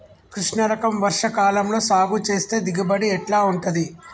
కృష్ణ రకం వర్ష కాలం లో సాగు చేస్తే దిగుబడి ఎట్లా ఉంటది?